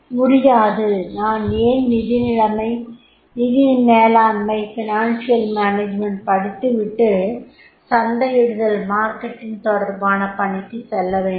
முடியாது நான் ஏன் நிதி மேலாண்மை படித்துவிட்டு சந்தையிடுதல் தொடர்பான பணிக்குச் செல்லவேண்டும்